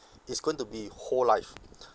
it's going to be whole life